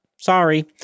sorry